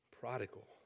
prodigal